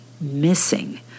missing